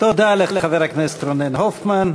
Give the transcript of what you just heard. תודה לחבר הכנסת רונן הופמן.